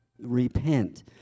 repent